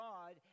God